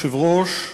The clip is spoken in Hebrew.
אדוני היושב-ראש,